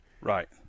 Right